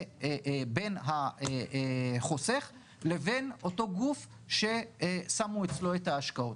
זה בין החוסך לבין אותו גוף ששמו אצלו את ההשקעות.